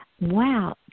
Wow